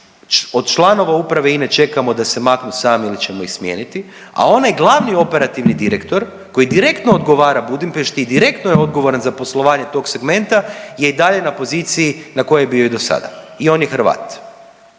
od članova Uprave INA-e čekamo da se maknu sami ili ćemo ih smijeniti, a onaj glavni operativni direktor koji direktno odgovara Budimpešti i direktno je odgovoran za poslovanje tog segmenta je i dalje na poziciji na kojoj je bio i do sada i on je Hrvat?